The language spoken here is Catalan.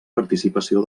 participació